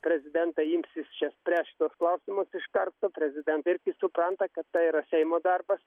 prezidentai ims čia spręs šituos klausimus iš karto prezidentai irgi supranta kad tai yra seimo darbas